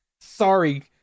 Sorry